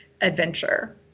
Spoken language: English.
adventure